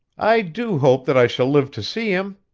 i do hope that i shall live to see him